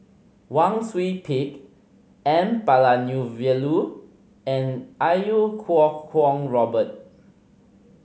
Wang Sui Pick N Palanivelu and Iau Kuo Kwong Robert